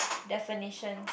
definitions